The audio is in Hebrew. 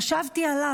חשבתי עליו,